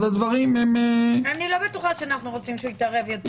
אז הדברים הם --- אנחנו לא בטוחה שאנחנו רוצים הוא יתערב יותר.